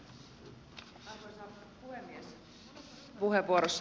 arvoisa puhemies